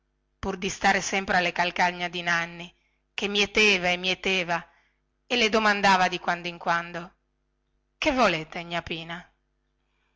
pur di stare sempre alle calcagna di nanni che mieteva e mieteva e le domandava di quando in quando che volete gnà pina